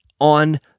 on